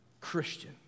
Christian